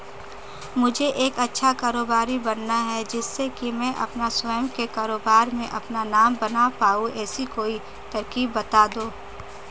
मुझे एक अच्छा कारोबारी बनना है जिससे कि मैं अपना स्वयं के कारोबार में अपना नाम बना पाऊं ऐसी कोई तरकीब पता दो?